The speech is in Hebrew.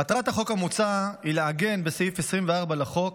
מטרת החוק המוצע היא לעגן בסעיף 24 לחוק,